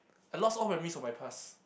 I lost all memories of my past